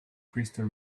crystal